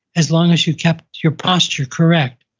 as long as you kept your posture correct